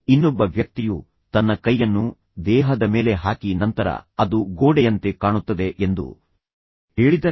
ಇನ್ನೊಬ್ಬ ವ್ಯಕ್ತಿಯು ತನ್ನ ಕೈಯನ್ನು ದೇಹದ ಮೇಲೆ ಹಾಕಿ ನಂತರ ಅದು ಗೋಡೆಯಂತೆ ಕಾಣುತ್ತದೆ ಎಂದು ಹೇಳಿದನು